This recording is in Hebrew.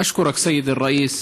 אשכורכ, א-סיידי א-ראיס